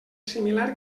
similar